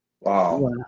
Wow